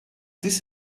this